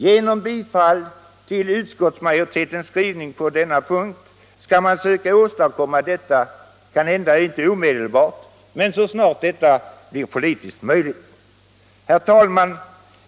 Genom bifall till utskottsmajoritetens skrivning på denna punkt skulle man åstadkom ma detta — kanske inte omedelbart men så snart det blir politiskt möjligt. Herr talman!